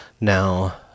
Now